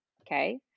okay